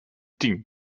tien